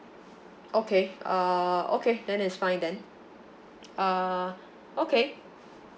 okay uh okay then it's fine then uh okay